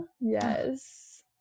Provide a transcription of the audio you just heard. Yes